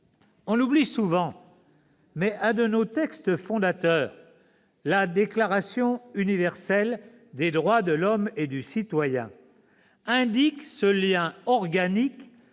On l'oublie souvent, mais l'un de nos textes fondateurs, la Déclaration des droits de l'homme et du citoyen, indique ce lien organique